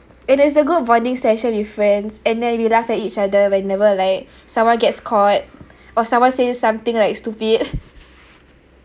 it is a good bonding session with friends and then we laugh at each other whenever like someone gets caught or someone says something like stupid